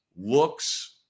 looks